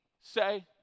say